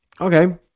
Okay